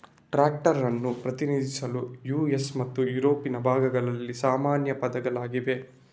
tractor ಅನ್ನು ಪ್ರತಿನಿಧಿಸಲು US ಮತ್ತು ಯುರೋಪಿನ ಭಾಗಗಳಲ್ಲಿ ಸಾಮಾನ್ಯ ಪದಗಳಾಗಿವೆ